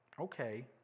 Okay